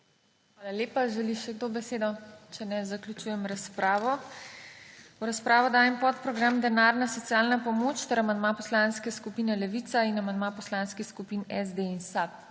Hvala lepa. Želi še kdo besedo? Če ne, zaključujem razpravo. V razpravo dajem podprogram Denarna socialna pomoč ter amandma Poslanske skupine Levica in amandma poslanskih skupin SD in SAB.